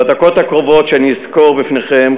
בדקות הקרובות אני אסקור בפניכם,